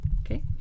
Okay